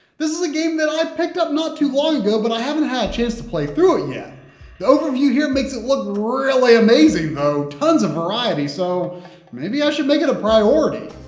this is a game that i picked up not too long ago, but i haven't had a chance to play through it yet. the overview here makes it look really amazing though, tons of variety, so maybe i should make it a priority.